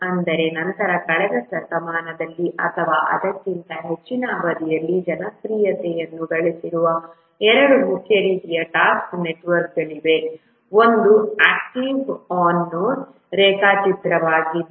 ಆದರೆ ನಂತರ ಕಳೆದ ಶತಮಾನದಲ್ಲಿ ಅಥವಾ ಅದಕ್ಕಿಂತ ಹೆಚ್ಚಿನ ಅವಧಿಯಲ್ಲಿ ಜನಪ್ರಿಯತೆಯನ್ನು ಗಳಿಸಿರುವ ಎರಡು ಮುಖ್ಯ ರೀತಿಯ ಟಾಸ್ಕ್ ನೆಟ್ವರ್ಕ್ಗಳಿವೆ ಒಂದು ಆಕ್ಟಿವಿಟಿ ಆನ್ ನೋಡ್ ರೇಖಾಚಿತ್ರವಾಗಿದೆ